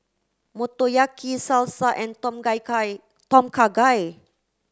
Motoyaki Salsa and Tom Gai Kha Tom Kha Gai